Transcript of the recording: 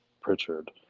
Pritchard